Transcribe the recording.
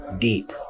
deep